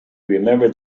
remembered